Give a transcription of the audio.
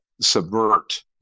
subvert